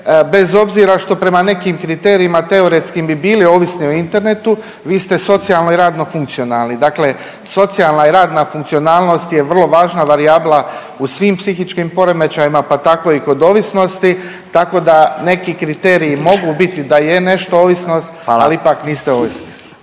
bez obzira što prema nekim kriterijima teoretskim bi bili ovisni o internetu, vi ste socijalno i radno funkcionalni, dakle socijalna i radna funkcionalnost je vrlo važna varijabla u svim psihičkim poremećajima, pa tako i kod ovisnosti, tako da neki kriteriji mogu biti da je nešto ovisnost…/Upadica Radin: